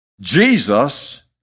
Jesus